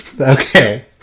Okay